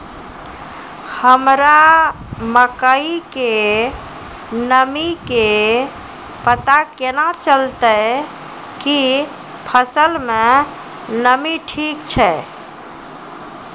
हमरा मकई के नमी के पता केना चलतै कि फसल मे नमी ठीक छै?